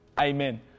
Amen